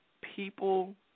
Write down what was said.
people